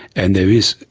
and there is,